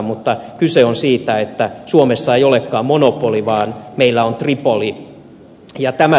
mutta kyse on siitä että suomessa ei olekaan monopoli vaan meillä on tripoli